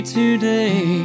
today